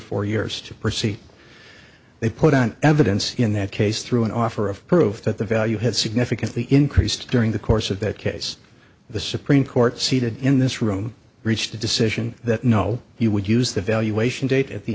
four years to proceed they put on evidence in that case through an offer of proof that the value had significantly increased during the course of that case the supreme court seated in this room reached a decision that no he would use the valu